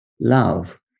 love